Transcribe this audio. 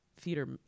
theater